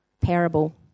parable